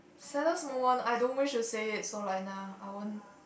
saddest moment I don't wish to say it so like nah I won't